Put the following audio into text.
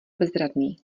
bezradný